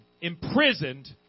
imprisoned